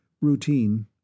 Routine